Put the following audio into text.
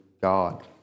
God